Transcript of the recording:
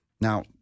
Now